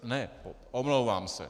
Ne, omlouvám se.